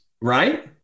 right